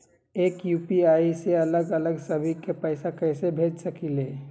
एक यू.पी.आई से अलग अलग सभी के पैसा कईसे भेज सकीले?